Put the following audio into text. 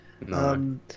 No